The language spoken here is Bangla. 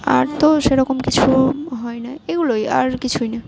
আর তো সেরকম কিছু হয় নাই এগুলোই আর কিছুই না